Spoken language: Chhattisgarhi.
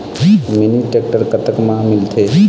मिनी टेक्टर कतक म मिलथे?